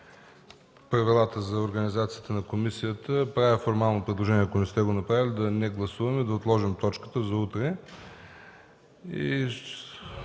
правилата за организацията на комисията, правя формално предложение, ако не сте го направили, да не гласуваме и да отложим точката за утре. В